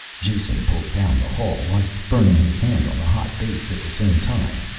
jason pulled down the hall light, burning his hand on the hot base at the same time,